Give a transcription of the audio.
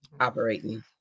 operating